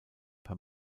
per